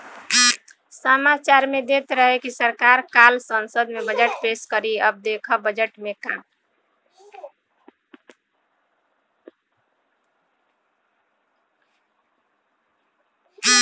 सामाचार में देत रहे की सरकार काल्ह संसद में बजट पेस करी अब देखऽ बजट में का बा